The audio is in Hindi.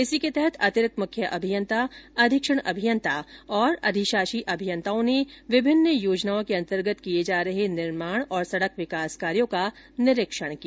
इसके तहत अतिरिक्त मुख्य अभियंता अधीक्षण अभियंता और अधिशाषी अभियंताओं ने विभिन्न योजनाओं के अंतर्गत किए जा रहे निर्माण और सड़क विकास कार्यो का निरीक्षण किया